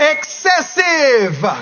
Excessive